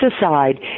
aside